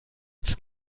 ins